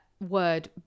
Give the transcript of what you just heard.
word